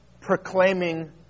proclaiming